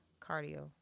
cardio